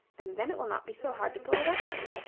and then it will not be so hard to pull it up again.